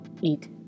Eat